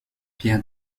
pierre